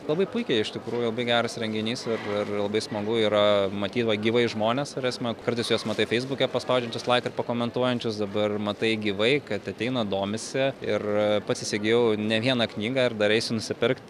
labai puikiai iš tikrųjų labai geras renginys ir ir ir labai smagu yra pamatyt va gyvai žmones ta prasme kartais juos matai feisbuke paspaudžiančius laiką ir pakomentuojančius dabar matai gyvai kad ateina domisi ir pats įsigijau ne vieną knygą ir dar eisiu nusipirkt